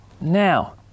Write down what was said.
Now